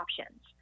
options